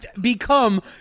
become